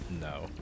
No